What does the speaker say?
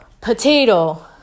potato